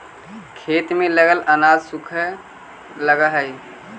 खेत में लगल अनाज सूखे लगऽ हई